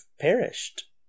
perished